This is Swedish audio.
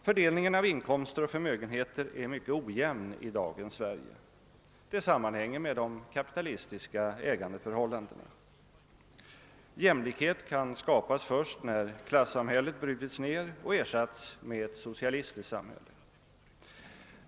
Fördelningen av inkomster och förmögenheter är mycket ojämn i dagens Sverige. Det sammanhänger med de kapitalistiska ägandeförhållandena. Jämlikhet kan skapas först när klassamhället brutits ned och ersatts med ett socialistiskt samhälle.